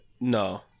No